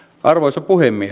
arvoisa puhemies